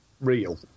real